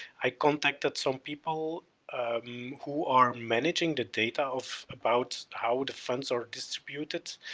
i contacted some people who are managing the data of about how the funds are distributed.